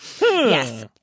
Yes